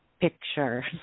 picture